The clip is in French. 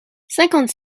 cinquante